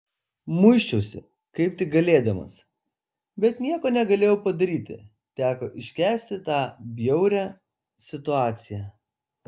muisčiausi kaip tik galėdamas bet nieko negalėjau padaryti teko iškęsti tą bjaurią situaciją